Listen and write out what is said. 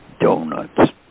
Donuts